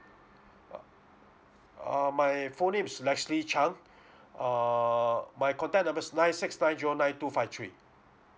uh err my full name is leslie chang err my contact numbers nine six nine zero nine two five three